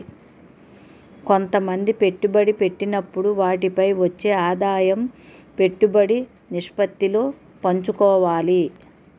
కొంతమంది పెట్టుబడి పెట్టినప్పుడు వాటిపై వచ్చే ఆదాయం పెట్టుబడి నిష్పత్తిలో పంచుకోవాలి